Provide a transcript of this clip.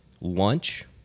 lunch